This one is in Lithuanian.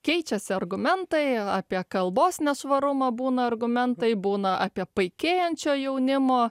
keičiasi argumentai apie kalbos nešvarumą būna argumentai būna apie paikėjančio jaunimo